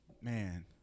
Man